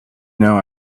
know